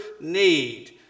need